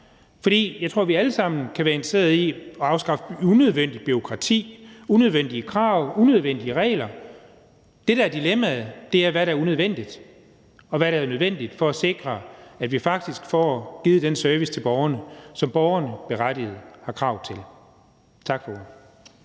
For jeg tror, vi alle sammen kan være interesserede i at afskaffe unødvendigt bureaukrati, unødvendige krav, unødvendige regler. Det, der er dilemmaet, er, hvad der er unødvendigt, og hvad der er nødvendigt for at sikre, at vi faktisk får givet den service til borgerne, som borgerne berettiget har krav på. Tak for ordet.